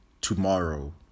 tomorrow